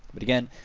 but again,